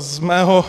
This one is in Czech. Z mého